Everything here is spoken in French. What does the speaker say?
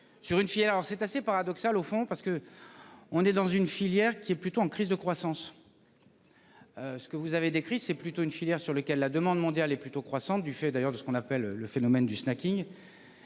Sur une fille. Alors c'est assez paradoxal au fond parce que. On est dans une filière qui est plutôt en crise de croissance. Ce que vous avez décrit, c'est plutôt une filière sur lequel la demande mondiale est plutôt croissante du fait d'ailleurs de ce qu'on appelle le phénomène du snacking.